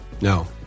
No